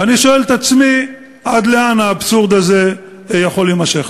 ואני שואל את עצמי: עד לאן האבסורד הזה יכול להימשך?